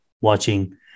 watching